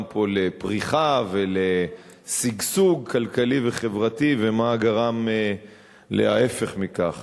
פה לפריחה ולשגשוג כלכלי וחברתי ומה גרם להיפך מכך.